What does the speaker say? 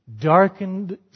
darkened